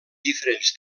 diferents